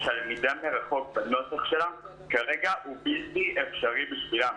שהלמידה מרחוק בנוסח שלה כרגע הוא בלתי אפשרי בשבילם.